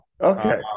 Okay